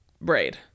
braid